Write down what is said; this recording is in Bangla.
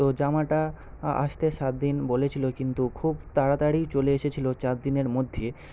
তো জামাটা আসতে সাতদিন বলেছিল কিন্তু খুব তাড়াতাড়ি চলে এসেছিল চারদিনের মধ্যে